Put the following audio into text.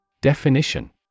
Definition